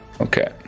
Okay